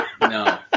No